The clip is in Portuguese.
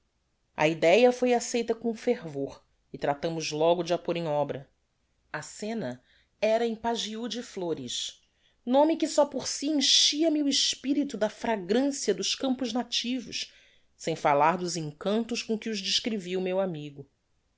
a idea foi acceita com fervor e tratamos logo de a por em obra a scena era em pajihú de flores nome que só por si enchia-me o espirito da fragrancia dos campos nativos sem fallar dos encantos com que os descrevia o meu amigo